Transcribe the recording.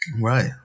Right